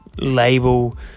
label